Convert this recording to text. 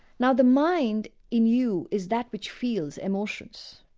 now the mind in you is that which feels emotions.